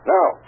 Now